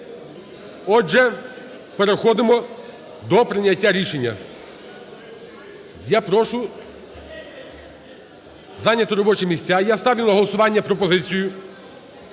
Отже, переходимо до прийняття рішення. Я прошу зайняти робочі місця. І я ставлю на голосування пропозицію